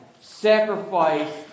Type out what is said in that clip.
Sacrifice